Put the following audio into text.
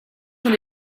sont